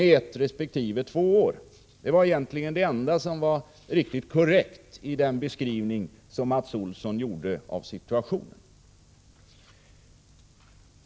Detta var egentligen det enda som var riktigt korrekt i den beskrivning som Mats Olsson gav av situationen.